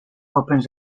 opens